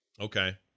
okay